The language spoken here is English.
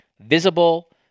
visible